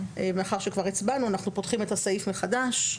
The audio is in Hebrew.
מאחר שכבר הצבענו אנחנו פותחים את הסעיף מחדש.